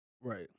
Right